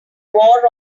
war